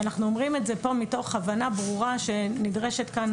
ואנחנו אומרים את זה פה מתוך הבנה ברורה שנדרשת כאן